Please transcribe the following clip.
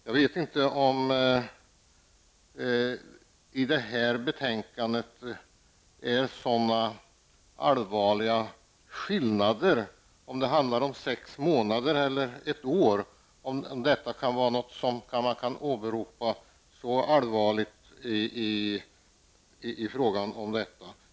Jag vet inte om skillnaderna i ståndpunkter mellan oss -- i det här fallet är skillnaderna sex månader resp. ett år -- är så stora att man kan åberopa dem.